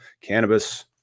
Cannabis